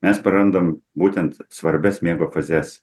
mes prarandam būtent svarbias miego fazes